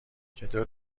چطور